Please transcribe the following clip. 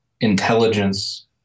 intelligence